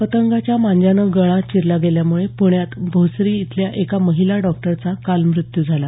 पतगांच्या मांज्यानं गळा चिरला गेल्यामुळे प्ण्यातल्या भोसरी इथल्या एका महिला डॉक्टरचा काल मृत्यू झाला